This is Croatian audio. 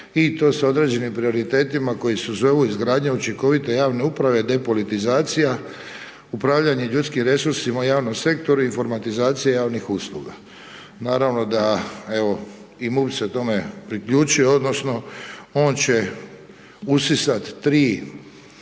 i to sa određenim prioritetima koji se zovu izgradnja učinkovite javne uprave, depolitizacija, upravljanje ljudskim resursima u javnom sektoru, informatizacija javnih usluga. Naravno da evo i MUP se tome priključio odnosno on će usisati tri